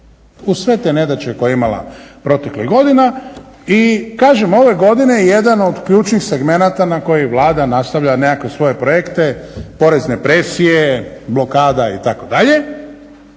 Uz sve te nedaće koje je imala proteklih godina i kažem ove godine je jedan od ključnih segmenata na koji Vlada nastavlja nekakve svoje projekte, porezne presije, blokada itd.